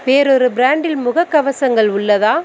வேறொரு ப்ராண்டில் முகக்கவசங்கள் உள்ளதா